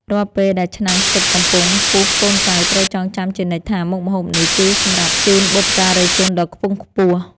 រាល់ពេលដែលឆ្នាំងស៊ុបកំពុងពុះកូនចៅត្រូវចងចាំជានិច្ចថាមុខម្ហូបនេះ គឺសម្រាប់ជូនបុព្វការីជនដ៏ខ្ពង់ខ្ពស់។